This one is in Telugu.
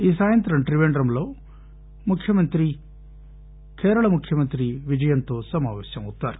ఈ సాయంత్రం త్రిపేండ్రంలో ముఖ్యమంత్రి కేరళ ముఖ్యమంత్రి విజయస్ తో సమాపేశమవుతారు